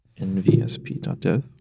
nvsp.dev